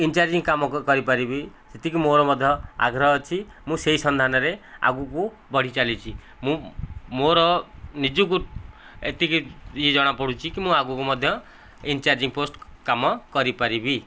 incharging କାମ କରିପାରିବି ସେତିକି ମୋର ମଧ୍ୟ ଆଗ୍ରହ ଅଛି ମୁଁ ସେହି ସନ୍ଧାନରେ ଆଗକୁ ବଢ଼ି ଚାଲିଛି ମୁଁ ମୋର ନିଜକୁ ଏତିକି ଇଏ ଜଣାପଡ଼ୁଛି କି ମୁଁ ଆଗକୁ ମଧ୍ୟ ଇନଚାରଜିଂ ପୋଷ୍ଟ କାମ କରିପାରିବି